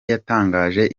yatangaje